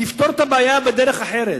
תפתור את הבעיה בדרך אחרת,